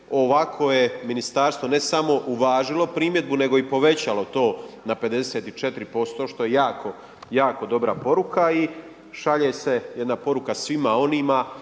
Ovako je ministarstvo ne samo uvažilo primjedbu nego i povećalo to na 54% što je jako dobra poruka i šalje se jedna poruka svima onima